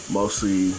mostly